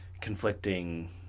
conflicting